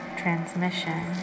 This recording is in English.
transmission